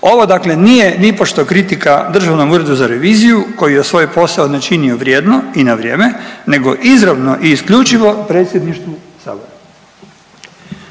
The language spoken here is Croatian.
Ovo dakle nije nipošto kritika Državnom uredu za reviziju koji je svoj posao načinio vrijedno i na vrijeme nego izravno i isključivo predsjedništvu sabora.